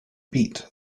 beat